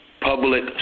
public